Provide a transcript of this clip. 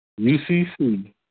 UCC